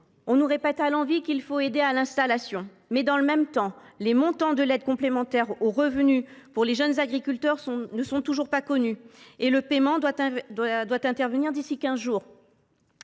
on nous répète à l’envi qu’il faut aider à l’installation des agriculteurs, mais dans le même temps, le montant de l’aide complémentaire aux revenus pour les jeunes agriculteurs n’est toujours pas connu, alors que leur versement doit intervenir d’ici quinze jours.